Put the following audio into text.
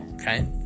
Okay